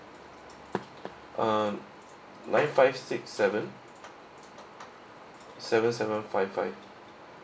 um nine five six seven seven seven five five